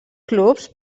clubs